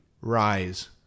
Rise